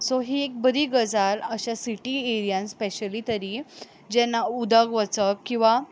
so ही एक बरी गजाल अशे सिटी एरियान स्पेशली तरी जेन्ना उदक वचप किंवा